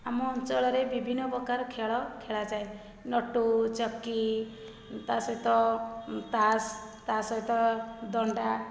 ଆମ ଅଞ୍ଚଳରେ ବିଭିନ୍ନ ପ୍ରକାର ଖେଳ ଖେଳାଯାଏ ନଟୁ ଚକି ତାସହିତ ତାସ ତାସହିତ ଦଣ୍ଡା